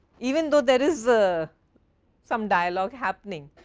even though there is ah some dialogue happening,